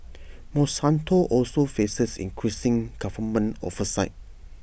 monsanto also faces increasing government oversight